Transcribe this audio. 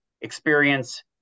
experience